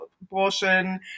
abortion